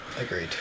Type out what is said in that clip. agreed